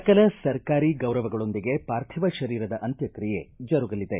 ಸಕಲ ಸರ್ಕಾರಿ ಗೌರವಗಳೊಂದಿಗೆ ಪಾರ್ಥಿವ ಶರೀರದ ಅಂತ್ಯಕ್ರಿಯೆ ಜರುಗಲಿದೆ